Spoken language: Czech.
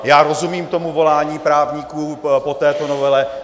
Já rozumím tomu volání právníků po této novele.